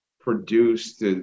produced